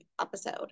episode